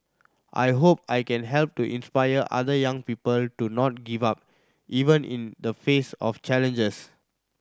I hope I can help to inspire other young people to not give up even in the face of challenges